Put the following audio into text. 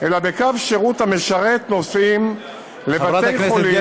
אלא בקו שירות המשרת נוסעים לבתי-חולים,